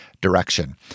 direction